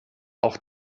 auch